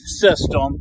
system